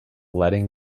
letting